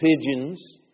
Pigeons